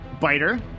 Biter